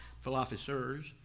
philosophers